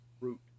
Root